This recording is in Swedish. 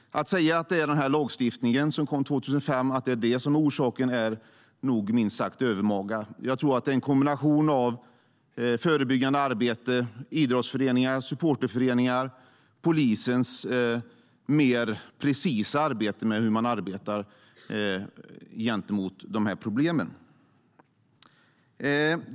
Att säga att det är den lagstiftning som infördes 2005 som är orsaken är nog minst sagt övermaga. Jag tror att det är en kombination av förebyggande arbete, idrottsföreningarnas supporterföreningar och polisens mer precisa arbete med dessa problem.